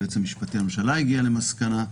היועץ המשפטי לממשלה הגיע למסקנה,